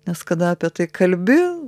nes kada apie tai kalbi